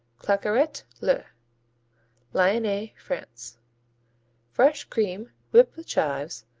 claqueret, le lyonnais, france fresh cream whipped with chives,